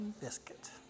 biscuit